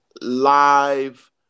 live